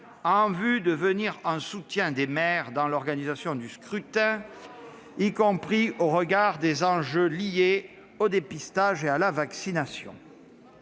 afin de soutenir les maires dans l'organisation du scrutin, y compris au regard des enjeux liés au dépistage et à la vaccination.